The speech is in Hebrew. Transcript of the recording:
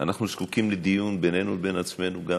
אנחנו זקוקים לדיון בינינו לבין עצמנו גם